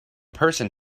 person